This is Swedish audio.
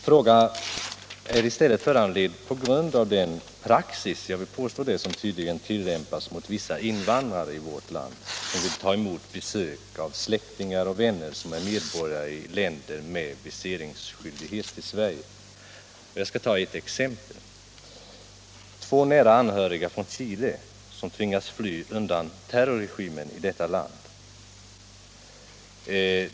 Frågan är föranledd av den praxis som i vårt land tydligen tillämpas mot vissa invandrare, som vill ta emot besök av släktingar och vänner som är medborgare i länder beträffande vilka det krävs visering för inresa i Sverige. Jag skall ta ett exempel. Det gäller två nära anhöriga från Chile, som tvingats fly undan terrorregimen i detta land.